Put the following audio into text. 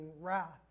wrath